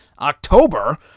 October